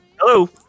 Hello